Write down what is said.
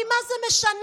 כי מה זה משנה?